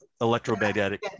electromagnetic